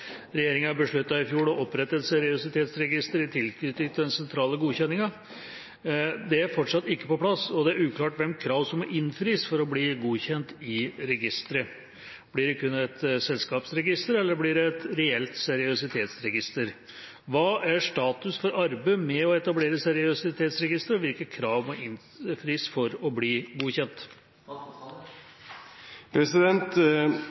i fjor å opprette et seriøsitetsregister i tilknytning til den sentrale godkjenningen. Dette er fortsatt ikke på plass, og det er uklart hvilke krav som må innfris for å bli godkjent i registeret. Blir dette kun et selskapsregister, eller blir det et reelt seriøsitetsregister, hva er status for arbeidet med å etablere seriøsitetsregisteret, og hvilke krav må innfris for å få bli godkjent?»